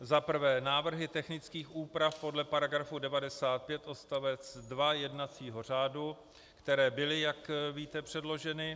Za prvé návrhy technických úprav podle § 95 odst. 2 jednacího řádu, které byly, jak víte, předloženy.